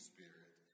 Spirit